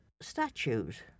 statues